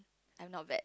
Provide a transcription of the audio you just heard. I'm not bad